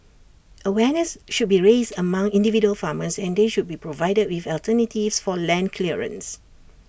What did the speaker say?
awareness should be raised among individual farmers and they should be provided with alternatives for land clearance